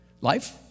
Life